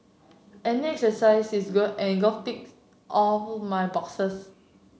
any exercise is good and golf ticks all my boxes